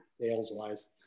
Sales-wise